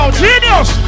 genius